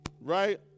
Right